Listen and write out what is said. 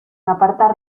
apartar